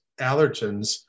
allergens